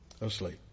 Asleep